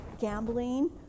gambling